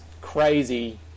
crazy